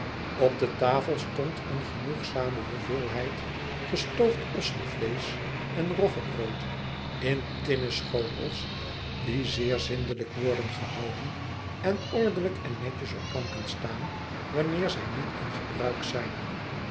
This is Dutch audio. op de tafel stond een genoegzame hoeveelheid gestoofd ossenvleesch en roggebrood in tinnen schotels die zeer zindelijk worden gehouden en ordelyk en netjes op planken staan wanneer zij niet in gebruik zijn